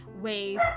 ways